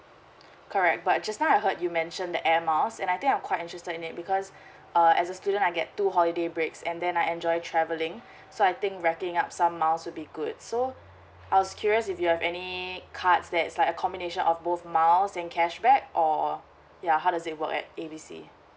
correct but just now I heard you mention the air miles and I think I'm quite interested in it because err as a student I get two holiday breaks and then I enjoy travelling so I think racking up some mouse would be good so I was curious if you have any cards that is like a combination of both miles and cashback or ya how does it work at A B C